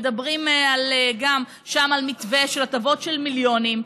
ומדברים גם שם על מתווה של הטבות של מיליונים,